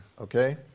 okay